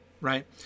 right